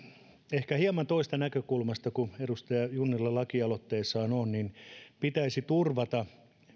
ehkä hieman toisesta näkökulmasta kuin edustaja junnilan lakialoitteessa olisi tärkeätä ja pitäisi turvata